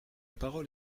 parole